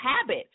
habit